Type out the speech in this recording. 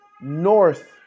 North